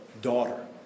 daughter